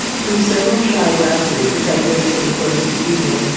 from several shy glances which i had noticed in the course of the evening,